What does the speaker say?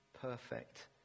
perfect